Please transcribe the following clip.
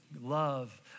love